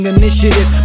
initiative